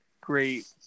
great